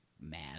mad